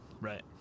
right